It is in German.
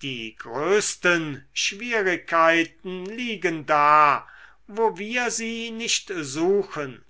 die größten schwierigkeiten liegen da wo wir sie nicht suchen